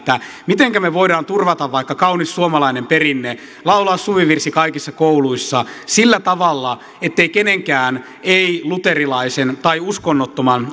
mitenkä me voimme turvata vaikka kauniin suomalaisen perinteen laulaa suvivirsi kaikissa kouluissa sillä tavalla ettei kenenkään ei luterilaisen tai uskonnottoman